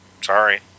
sorry